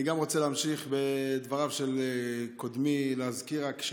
אני רוצה להמשיך בדבריו של קודמי עודד